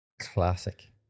Classic